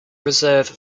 reserve